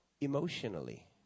emotionally